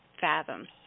fathom